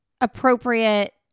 appropriate